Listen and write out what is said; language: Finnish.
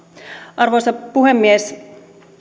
arvoisa puhemies